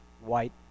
white